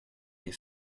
des